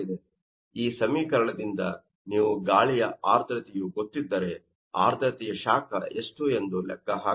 ಈ ಸಮೀಕರಣದಿಂದ ನೀವು ಗಾಳಿಯ ಆರ್ದ್ರತೆಯು ಗೊತ್ತಿದ್ದರೆ ಆರ್ದ್ರತೆಯ ಶಾಖ ಎಷ್ಟು ಎಂದು ಲೆಕ್ಕ ಹಾಕಬಹುದು